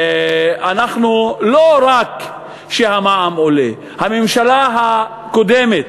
לא רק שהמע"מ עולה, הממשלה הקודמת,